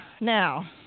now